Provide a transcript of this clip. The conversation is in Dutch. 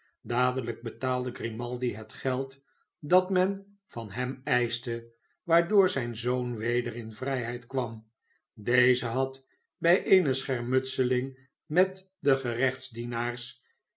dadelijk betaalde grimaldi het geld dat men van hem eischte waardoor zijn zoon weder in vrijheid kwam deze had bij eene schermutseling met de gerechtsdienaars